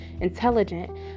intelligent